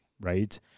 right